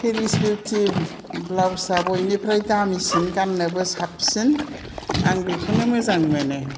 Paris beauty blouse आ बयनिफ्राय दामासिन गाननोबो साबसिन आं बेखौनो मोजां मोनो